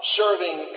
serving